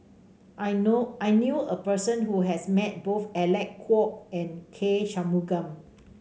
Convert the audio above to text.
I know I knew a person who has met both Alec Kuok and K Shanmugam